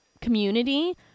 community